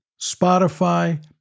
Spotify